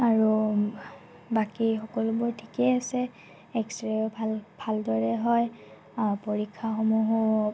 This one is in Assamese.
আৰু বাকী সকলোবোৰ ঠিকেই আছে এক্সৰে'ও ভাল ভালদৰে হয় পৰীক্ষাসমূহো